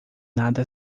nada